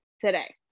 today